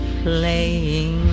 playing